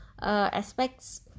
aspects